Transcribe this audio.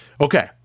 Okay